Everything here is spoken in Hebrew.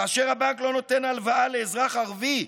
כאשר הבנק לא נותן הלוואה לאזרח ערבי,